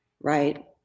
right